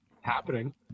happening